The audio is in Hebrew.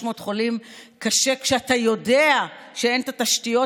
אינו נוכח יצחק פינדרוס,